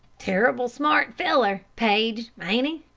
terrible smart feller, paige, ain't he?